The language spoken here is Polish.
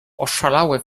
oszalałe